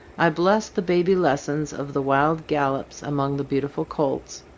i blessed the baby lessons of the wild gallops among the beautiful colts.